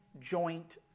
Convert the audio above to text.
joint